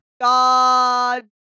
God